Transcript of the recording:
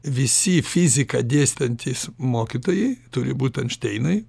visi fiziką dėstantys mokytojai turi būt enšteinai